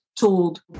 told